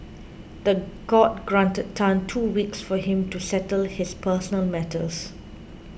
the court granted Tan two weeks for him to settle his personal matters